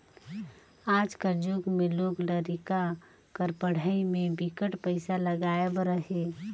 आज कर जुग में लोग लरिका कर पढ़ई में बिकट पइसा लगाए बर अहे